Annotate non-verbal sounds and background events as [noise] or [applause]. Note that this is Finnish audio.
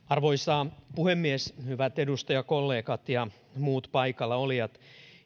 [unintelligible] arvoisa puhemies hyvät edustajakollegat ja muut paikalla olijat